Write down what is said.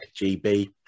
GB